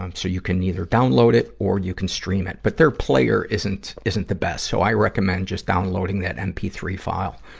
um so you can either download it or you can stream it. but their player isn't, isn't the best. so i recommend just downloading that m p three file.